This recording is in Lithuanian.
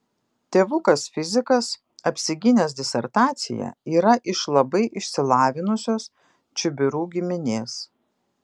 tėvukas fizikas apsigynęs disertaciją yra iš labai išsilavinusios čibirų giminės